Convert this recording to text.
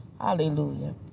Hallelujah